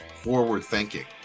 forward-thinking